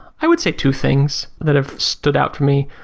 i would say two things that have stood out for me.